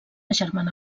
germana